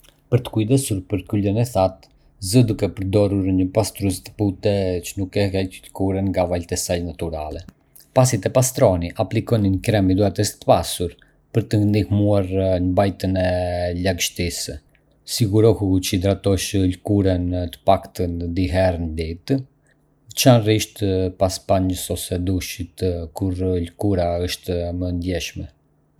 Për të kujdesur për lëkurën e thatë, Zë duke përdorur një pastrues të butë që nuk e heq lëkurën nga valjt e saj natyrale. Pasi të pastroni, aplikoni një krem hidratues të pasur për të ndihmuar në mbajtjen e lagështisë. Sigurohu që të hidratosh lëkurën të paktën dy herë në ditë, veçanërisht pas banjës ose dushit, kur lëkura është më e ndjeshme.